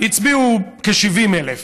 הצביעו כ-70,000.